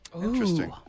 Interesting